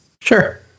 sure